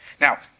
Now